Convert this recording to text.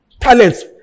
talents